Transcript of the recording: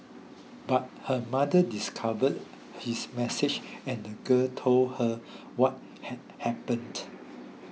but her mother discovered his message and the girl told her what had happened